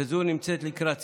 וזו נמצאת לקראת סיומה.